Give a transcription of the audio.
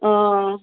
অ